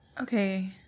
Okay